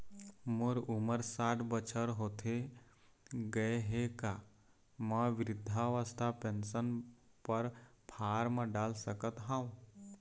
मोर उमर साठ बछर होथे गए हे का म वृद्धावस्था पेंशन पर फार्म डाल सकत हंव?